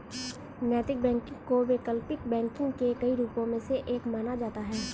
नैतिक बैंकिंग को वैकल्पिक बैंकिंग के कई रूपों में से एक माना जाता है